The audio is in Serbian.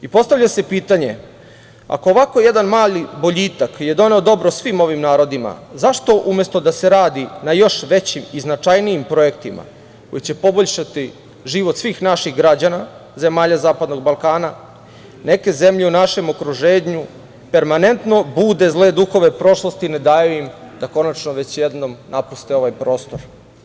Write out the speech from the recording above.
I postavlja se pitanje – ako ovako jedan mali boljitak je doneo dobro svim ovim narodima, zašto umesto da se radi na još većim i značajnijim projektima koje će poboljšati život svih naših građana, zemalja zapadnog Balkana, neke zemlje u našem okruženju permanentno bude zle duhove prošlosti ne daju im da konačno već jednom napuste ovaj prostor.